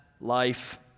Life